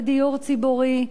לדיור ציבורי,